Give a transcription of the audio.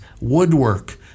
woodwork